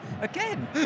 Again